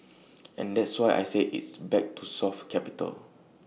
and that's why I say it's back to soft capital